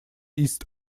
east